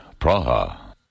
Praha